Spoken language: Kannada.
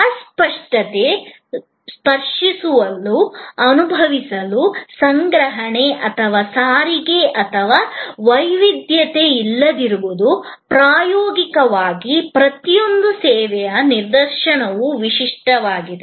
ಅಸ್ಪಷ್ಟತೆಯು ಸ್ಪರ್ಶಿಸಲು ಅನುಭವಿಸಲು ಸಂಗ್ರಹಣೆ ಅಥವಾ ಸಾರಿಗೆ ಮತ್ತು ವೈವಿಧ್ಯತೆಯಿಲ್ಲದಿರುವುದು ಪ್ರಾಯೋಗಿಕವಾಗಿ ಪ್ರತಿಯೊಂದು ಸೇವೆಯ ನಿದರ್ಶನವೂ ವಿಶಿಷ್ಟವಾಗಿದೆ